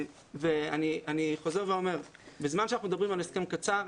אני חוזר ואומר שבזמן שאנחנו מדברים על הסכם קצר,